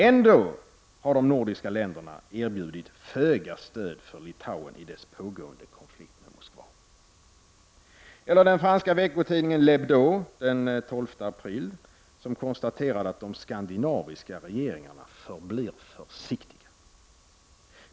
Ändå har de nordiska länderna erbjudit föga stöd för Litauen i dess pågående konflikt med Moskva. I den franska veckotidningen L'Hebdo konstaterades den 12 april att ”de skandinaviska regeringarna förblir försiktiga.